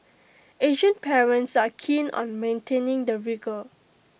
Asian parents are keen on maintaining the rigour